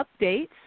updates